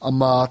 Ama